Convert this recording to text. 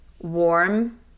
warm